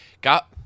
got